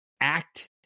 Act